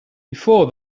before